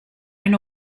and